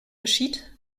geschieht